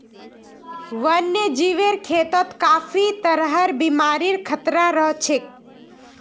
वन्यजीवेर खेतत काफी तरहर बीमारिर खतरा रह छेक